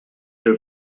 have